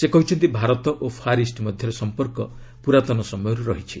ସେ କହିଛନ୍ତି ଭାରତ ଓ ଫାର୍ ଇଷ୍ଟ ମଧ୍ୟରେ ସମ୍ପର୍କ ପୁରାତନ ସମୟରୁ ରହିଛି